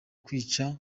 kwica